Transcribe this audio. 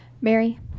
Mary